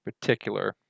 particular